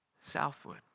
Southwood